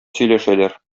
сөйләшәләр